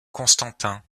constantin